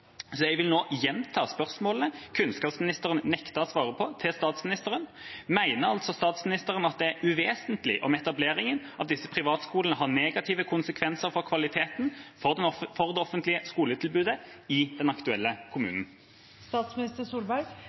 kunnskapsministeren nektet å svare på, til statsministeren. Mener statsministeren at det er uvesentlig om etableringen av disse privatskolene har negative konsekvenser for kvaliteten på det offentlige skoletilbudet i den aktuelle